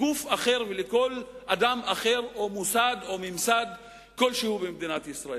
גוף אחר ומכל אדם או מוסד או ממסד כלשהו במדינת ישראל.